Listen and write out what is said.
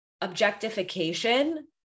objectification